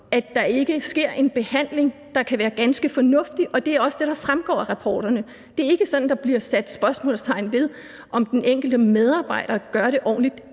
at der ikke sker en behandling, der kan være ganske fornuftig, og det er også det, der fremgår af rapporterne. Det er ikke sådan, at der bliver sat spørgsmålstegn ved, om den enkelte medarbejder gør det ordentligt